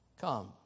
come